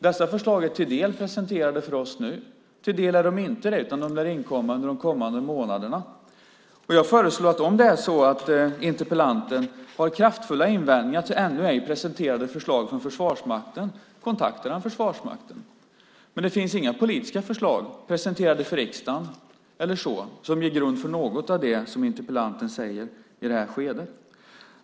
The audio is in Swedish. Dessa förslag är till en del presenterade för oss nu. Till en del är de inte det, utan de lär inkomma under de kommande månaderna. Jag föreslår att om det är så att interpellanten har kraftfulla invändningar mot ännu ej presenterade förslag från Försvarsmakten kontaktar han Försvarsmakten. Men det finns inga politiska förslag presenterade för riksdagen som ger grund för något av det som interpellanten säger i detta skede.